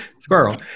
Squirrel